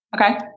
Okay